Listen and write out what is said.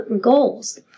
goals